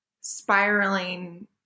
spiraling